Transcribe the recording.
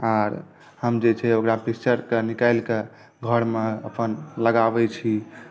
आर हम जे छै ओकरा पिक्चरक निकालिक घरमे अपन लगाबै छी